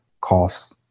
cost